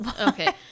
okay